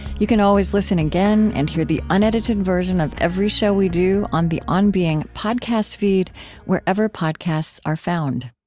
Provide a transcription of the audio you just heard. you can always listen again and hear the unedited version of every show we do on the on being podcast feed wherever podcasts are found